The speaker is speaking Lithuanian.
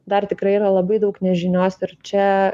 dar tikrai yra labai daug nežinios ir čia